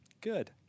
good